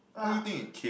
well